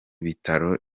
bitaro